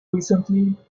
recently